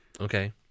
Okay